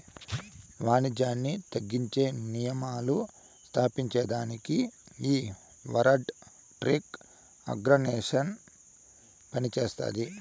వానిజ్యాన్ని తగ్గించే నియమాలు స్తాపించేదానికి ఈ వరల్డ్ ట్రేడ్ ఆర్గనైజేషన్ పనిచేస్తాది